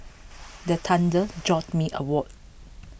the thunder jolt me awoke